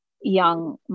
young